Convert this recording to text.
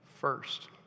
first